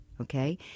Okay